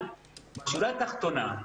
אבל בשורה התחתונה,